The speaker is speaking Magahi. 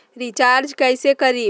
रिचाज कैसे करीब?